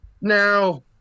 Now